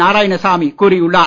நாராயணசாமி கூறியுள்ளார்